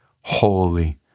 holy